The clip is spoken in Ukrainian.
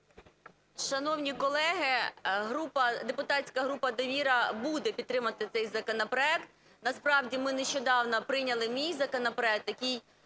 Шановні колеги, депутатська група "Довіра" буде підтримувати цей законопроект. Насправді, ми нещодавно прийняли мій законопроект, який